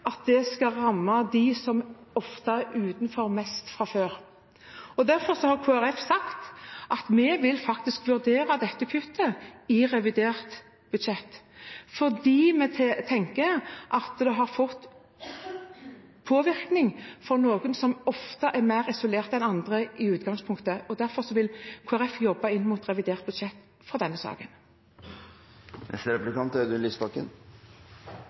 at dette skal ramme dem mest som ofte er utenfor fra før. Derfor har Kristelig Folkeparti sagt at vi vil vurdere dette kuttet i forbindelse med revidert budsjett, fordi vi tenker at det påvirker noen som i utgangspunktet ofte er mer isolert enn andre. Derfor vil Kristelig Folkeparti jobbe inn mot revidert budsjett i denne saken. Det gjelder samme sak. Det er